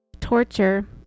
torture